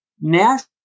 national